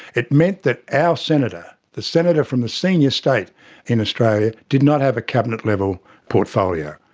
it meant that our senator, the senator from the senior state in australia, did not have a cabinet level portfolio.